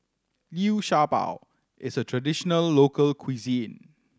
Liu Sha Bao is a traditional local cuisine